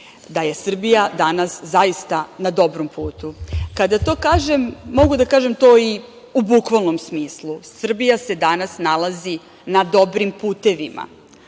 da je Srbija danas, zaista na dobrom putu. Kada to kažem, mogu da kažem to i u bukvalnom smislu. Srbija se danas nalazi na dobrim putevima.